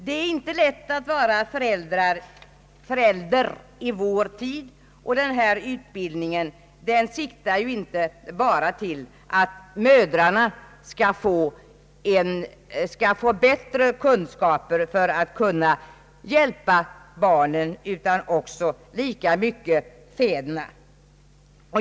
Det är inte lätt att vara förälder i vår tid, och denna utbildning siktar inte till att bara mödrarna skall få bättre kunskaper för att kunna hjälpa barnen, utan det gäller också lika mycket fäderna.